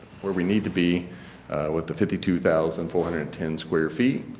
where we need to be with the fifty two thousand four hundred and ten square feet.